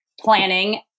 planning